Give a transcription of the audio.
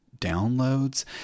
downloads